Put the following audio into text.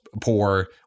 poor